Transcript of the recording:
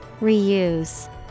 Reuse